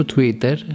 Twitter